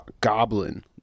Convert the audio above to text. goblin